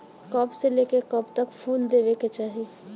कब से लेके कब तक फुल देवे के चाही?